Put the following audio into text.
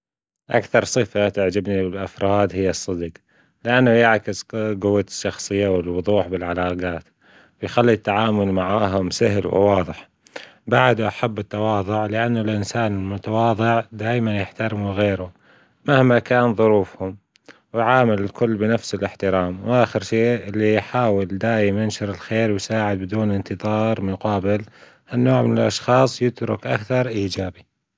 أكثر صفة تعجبني بالأفراد هي الصدج، لأنه يعكس جوة الشخصية والوضوح بالعلاجات، يخلي التعامل معاهم سهل وواضح، بعد أحب التواضع لأن الإنسان المتواضع دايما يحترمه غيره مهما كان ظروفهم وعامل الكل بنفس الإحترام، وآخر شيء اللي يحاول دايم ينشر الخير ويساعد بدون إنتظار مقابل، النوع من الأشخاص يترك أثر إيجابي.